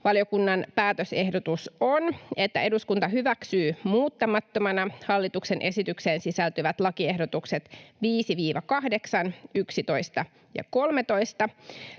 Valiokunnan päätösehdotus on, että eduskunta hyväksyy muuttamattomana hallituksen esitykseen sisältyvät lakiehdotukset 5—8, 11 ja 13.